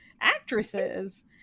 actresses